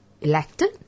elected